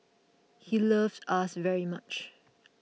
he loved us very much